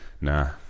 Nah